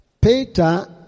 Peter